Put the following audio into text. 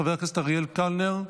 חבר הכנסת אריאל קלנר,